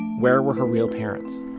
where were her real parents?